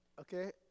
okay